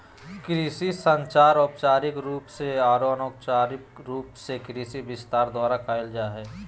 कृषि संचार औपचारिक रूप से आरो अनौपचारिक रूप से कृषि विस्तार द्वारा कयल जा हइ